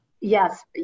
Yes